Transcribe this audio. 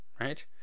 right